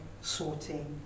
sorting